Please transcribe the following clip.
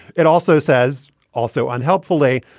it also says also unhelpfully,